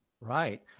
Right